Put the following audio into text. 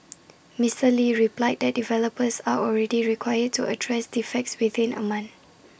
Mister lee replied that developers are already required to address defects within A month